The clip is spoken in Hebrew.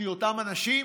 כי אותם אנשים